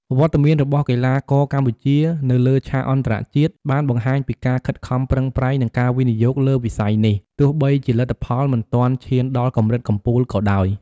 វត្តមានរបស់កីឡាករកម្ពុជានៅលើឆាកអន្តរជាតិបានបង្ហាញពីការខិតខំប្រឹងប្រែង និងការវិនិយោគលើវិស័យនេះ ទោះបីជាលទ្ធផលមិនទាន់ឈានដល់កម្រិតកំពូលក៏ដោយ។